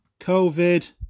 COVID